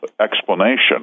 explanation